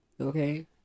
Okay